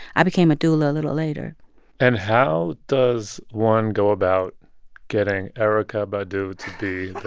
i became a doula a little later and how does one go about getting erykah badu to be